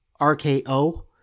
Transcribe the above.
RKO